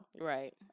Right